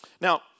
Now